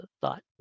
thought